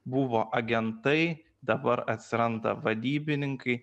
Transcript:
buvo agentai dabar atsiranda vadybininkai